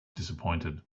disappointed